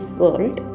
world